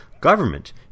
government